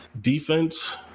Defense